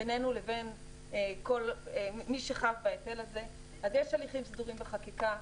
בינינו לבין מי שחב בהיטל הזה אז יש הליכים סדורים בחקיקה.